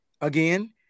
again